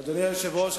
אדוני היושב-ראש,